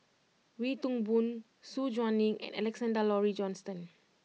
Wee Toon Boon Su Guaning and Alexander Laurie Johnston